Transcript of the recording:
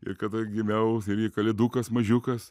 ir kada gimiau irgi kalėdukas mažiukas